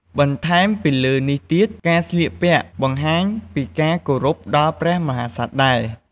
បន្ថែមពីលើនេះទៀតការស្លៀកពាក់បង្ហាញពីការគោរពដល់ព្រះមហាក្សត្រដែរ។